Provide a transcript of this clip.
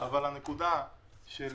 אבל הנקודה של